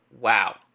Wow